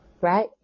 right